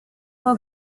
for